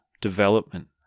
development